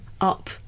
up